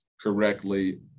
correctly